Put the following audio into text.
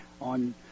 on